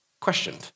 questioned